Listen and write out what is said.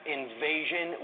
invasion